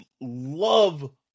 love